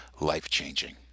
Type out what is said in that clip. life-changing